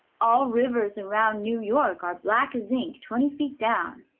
all rivers around new york are black as ink twenty feet down,